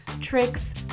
tricks